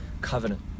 covenant